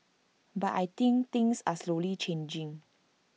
but I think things are slowly changing